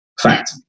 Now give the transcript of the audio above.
Fact